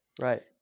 Right